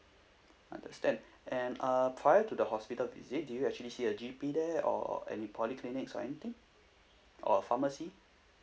understand and uh prior to the hospital visit do you actually see a G_P there or any polyclinics or anything or a pharmacy